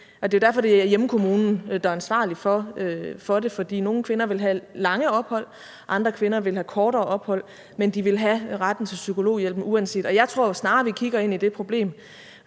det er hjemkommunen, der er ansvarlig for det, for nogle kvinder vil have lange ophold, og andre kvinder vil have kortere ophold, men de vil have retten til psykologhjælpen uanset. Jeg tror snarere, at vi kigger ind i det problem